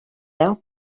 veu